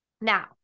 Now